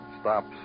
Stops